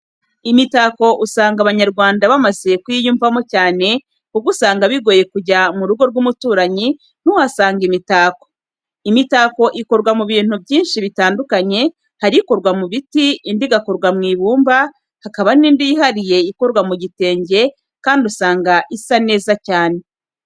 Imitako usanga abanyarwanda bamaze kuyiyumvamo cyane, kuko usanga bigoye kujya mu rugo rw'umuturanyi ntuhasange imitako. Imitako ikorwa mu bintu byinshi bitandukanye, hari ikorwa mu biti, indi igakorwa mu ibumba, hakaba n'indi yihariye ikorwa mu gitenge kandi usanga isa neza cyane.